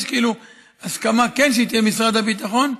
יש כאילו הסכמה שהיא כן תהיה במשרד הביטחון,